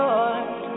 Lord